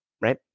Right